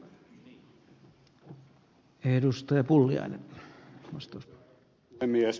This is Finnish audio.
arvoisa puhemies